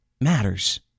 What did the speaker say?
matters